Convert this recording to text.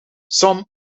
some